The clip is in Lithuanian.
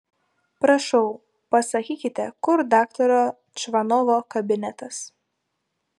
prašau pasakykite kur daktaro čvanovo kabinetas